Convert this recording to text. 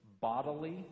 bodily